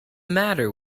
matter